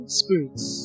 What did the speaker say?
spirits